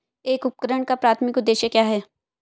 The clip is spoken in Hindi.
एक उपकरण का प्राथमिक उद्देश्य क्या है?